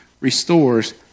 restores